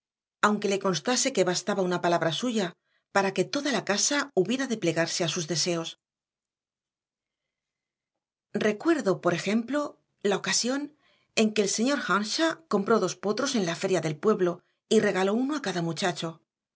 aunque le constase que bastaba una palabra suya para que toda la casa hubiera de plegarse a sus deseos recuerdo por ejemplo la ocasión en que el señor earnshaw compró dos potros en la feria del pueblo y regaló uno a cada muchacho